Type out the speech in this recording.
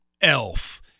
Elf